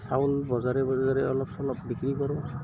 চাউল বজাৰে বজাৰে অলপ চলপ বিক্ৰী কৰোঁ